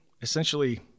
essentially